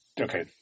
Okay